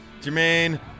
Jermaine